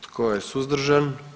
Tko je suzdržan?